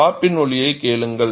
pop இன் ஒலியைக் கேளுங்கள்